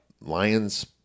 Lions